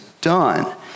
done